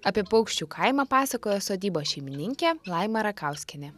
apie paukščių kaimą pasakojo sodybos šeimininkė laima rakauskienė